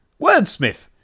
wordsmith